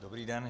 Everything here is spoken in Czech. Dobrý den.